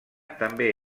també